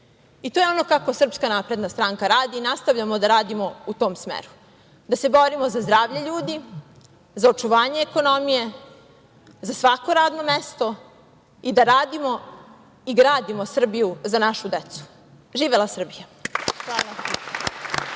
i to je ono kako SNS radi i nastavljamo da radimo u tom smeru, da se borimo za zdravlje ljudi, za očuvanje ekonomije, za svako radno mesto i da radimo i gradimo Srbiju za našu decu. Živela Srbija!